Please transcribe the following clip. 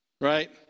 Right